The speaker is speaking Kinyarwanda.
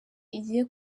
igiye